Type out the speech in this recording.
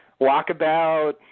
walkabout